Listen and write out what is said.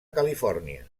califòrnia